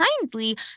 kindly